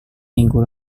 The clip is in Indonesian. minggu